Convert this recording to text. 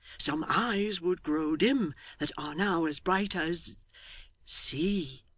some eyes would grow dim that are now as bright as see,